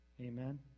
Amen